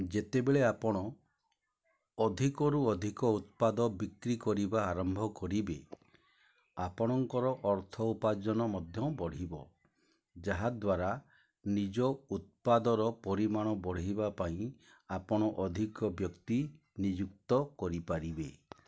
ଯେତେବେଳେ ଆପଣ ଅଧିକରୁ ଅଧିକ ଉତ୍ପାଦ ବିକ୍ରି କରିବା ଆରମ୍ଭ କରିବେ ଆପଣଙ୍କର ଅର୍ଥ ଉପାର୍ଜନ ମଧ୍ୟ ବଢ଼ିବ ଯାହାଦ୍ୱାରା ନିଜ ଉତ୍ପାଦର ପରିମାଣ ବଢ଼େଇବା ପାଇଁ ଆପଣ ଅଧିକ ବ୍ୟକ୍ତି ନିଯୁକ୍ତ କରିପାରିବେ